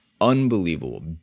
unbelievable